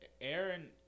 Aaron